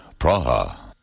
Praha